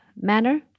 manner